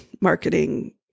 marketing